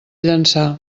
llançà